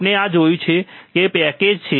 આપણે આ જોયું છે અને તે પેકેજ્ડ છે